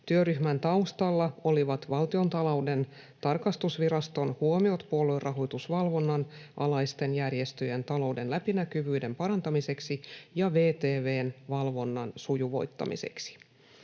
Työryhmän taustalla olivat Valtionta-louden tarkastusviraston huomiot puoluerahoitusvalvonnan alaisten järjestöjen talouden läpinäkyvyyden parantamiseksi ja VTV:n valvonnan sujuvoittamiseksi.